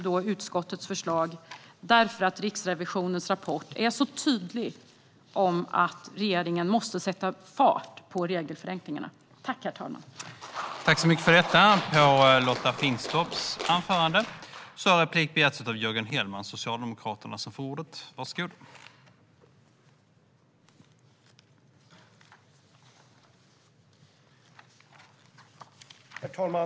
Eftersom Riksrevisionens rapport så tydligt visar att regeringen måste sätta fart på regelförenklingarna yrkar jag bifall till utskottets förslag.